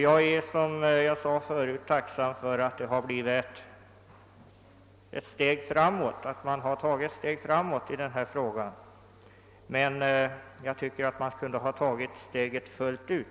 Jag är, som jag sade förut, tacksam för att man har tagit ett steg framåt, men jag tycker nog att man kunde ha tagit det steget fullt ut.